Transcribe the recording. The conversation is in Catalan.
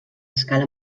escala